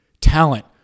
talent